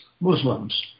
Muslims